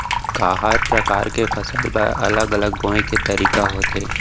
का हर प्रकार के फसल बर अलग अलग बोये के तरीका होथे?